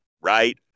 Right